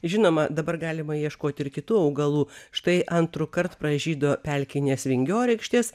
žinoma dabar galima ieškoti ir kitų augalų štai antrukart pražydo pelkinės vingiorykštės